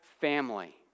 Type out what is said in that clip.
family